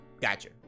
gotcha